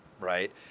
right